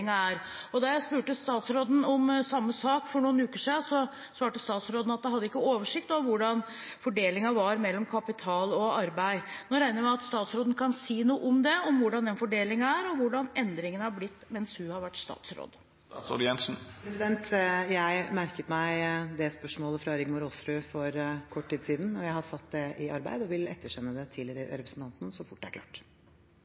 er. Da jeg spurte statsråden om samme sak for noen uker siden, svarte statsråden at hun hadde ikke oversikt over hvordan fordelingen var mellom kapital og arbeid. Nå regner jeg med at statsråden kan si noe om det, om hvordan den fordelingen er, og hvordan endringene har blitt mens hun har vært statsråd. Jeg merket meg det spørsmålet fra Rigmor Aasrud for kort tid siden, og jeg har satt det i arbeid og vil ettersende det til